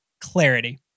clarity